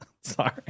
Sorry